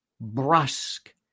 brusque